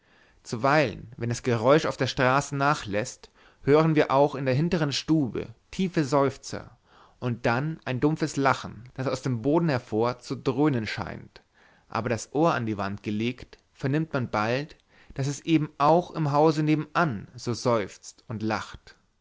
zuweilen wenn das geräusch auf der straße nachläßt hören wir auch in der hintern stube tiefe seufzer und dann ein dumpfes lachen das aus dem boden hervor zu dröhnen scheint aber das ohr an die wand gelegt vernimmt man bald daß es eben auch im hause nebenan so seufzt und lacht